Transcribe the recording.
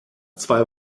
zwei